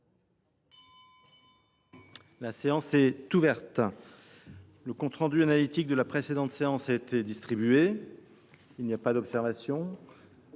La séance est ouverte. Le compte rendu analytique de la précédente séance a été distribué. Il n’y a pas d’observation ?…